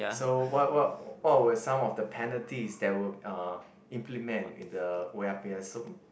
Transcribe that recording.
so what what what were some of the penalties that were uh implement in the oya-beh-ya-som